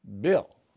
bill